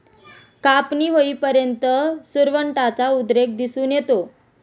कापणी होईपर्यंत सुरवंटाचा उद्रेक दिसून येतो